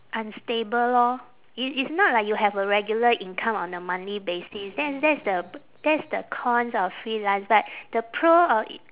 unstable lor i~ it's not like you have a regular income on a monthly basis then that's the that's the cons of freelance but the pro of i~